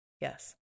Yes